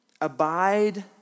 Abide